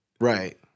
Right